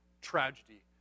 tragedy